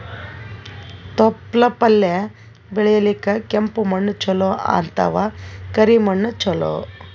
ತೊಪ್ಲಪಲ್ಯ ಬೆಳೆಯಲಿಕ ಕೆಂಪು ಮಣ್ಣು ಚಲೋ ಅಥವ ಕರಿ ಮಣ್ಣು ಚಲೋ?